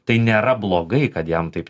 tai nėra blogai kad jam taip